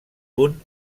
punt